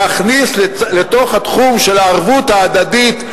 להכניס לתוך התחום של הערבות ההדדית,